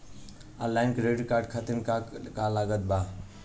Online credit card खातिर का का लागत बा?